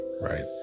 right